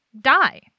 die